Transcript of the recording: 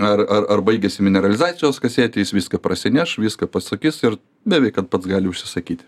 ar ar ar baigėsi mineralizacijos kasetė jis viską prasineš viską pasakys ir beveik kad pats gali užsisakyti